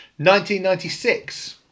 1996